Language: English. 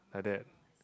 like that